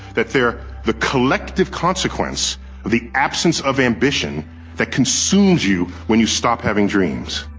that they are the collective consequence of the absence of ambition that consumes you when you stop having dreams.